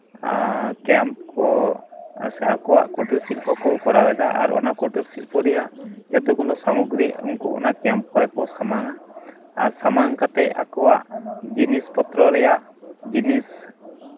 ᱟᱨ camp ᱠᱚ ᱥᱮ ᱟᱠᱚᱣᱟᱜ ᱠᱩᱴᱤᱨ ᱥᱤᱞᱯᱚ ᱠᱚ ᱠᱚᱨᱟᱣᱮᱫᱟ ᱟᱨ ᱚᱱᱟ ᱠᱩᱴᱤᱨ ᱥᱤᱞᱯᱚ ᱨᱮᱭᱟᱜ ᱡᱚᱛᱚ ᱜᱩᱞᱳ ᱥᱟᱢᱚᱜᱨᱤ ᱩᱱᱠᱩ ᱚᱱᱟ ᱠᱮᱢᱯ ᱠᱚᱨᱮ ᱠᱚ ᱥᱟᱢᱟᱝᱼᱟ ᱟᱨ ᱥᱟᱢᱟᱝ ᱠᱟᱛᱮᱫ ᱟᱠᱚᱣᱟᱜ ᱡᱤᱱᱤᱥ ᱯᱚᱛᱨᱚ ᱨᱮᱭᱟᱜ ᱡᱤᱱᱤᱥ